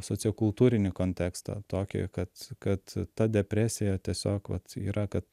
sociokultūrinį kontekstą tokį kad kad ta depresija tiesiog vat yra kad